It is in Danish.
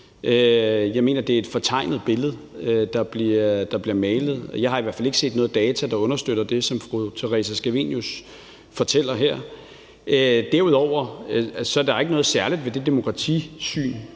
Jeg mener, det er et fortegnet billede, der bliver malet. Jeg har i hvert fald ikke set noget data, der understøtter det, som fru Theresa Scavenius fortæller her. Så der er ikke noget særligt ved det demokratisyn.